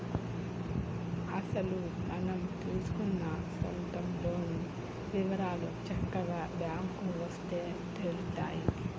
అసలు మనం తీసుకున్న సొంత లోన్ వివరాలు చక్కగా బ్యాంకుకు వస్తే తెలుత్తాయి